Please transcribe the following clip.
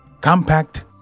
compact